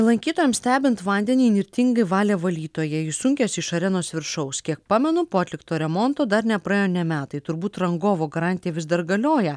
lankytojams stebint vandenį įnirtingai valė valytoja jis sunkėsi iš arenos viršaus kiek pamenu po atlikto remonto dar nepraėjo nė metai turbūt rangovo garantija vis dar galioja